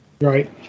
Right